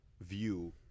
view